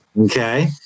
Okay